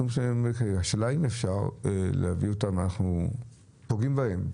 בסופו של דבר, אנחנו פוגעים בהם.